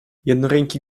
jednoręki